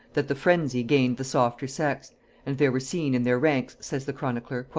that the phrensy gained the softer sex and there were seen in their ranks, says the chronicler,